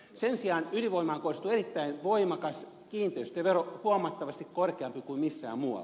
sen sijaan ydinvoimaan kohdistuu erittäin voimakas kiinteistövero huomattavasti korkeampi kuin missään muualla